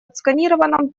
отсканированном